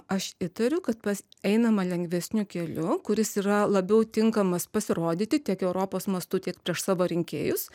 aš įtariu kad pas einama lengvesniu keliu kuris yra labiau tinkamas pasirodyti tiek europos mastu tiek prieš savo rinkėjus